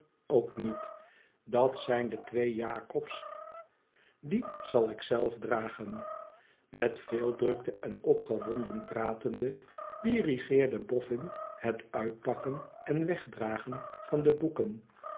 ook niet dat zijn de twee jakobs die zal ik zelf dragen met veel drukte en opgewonden pratende dirigeerde boffin het uitpakken en wegdragen van de boeken